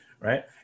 right